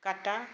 काँटा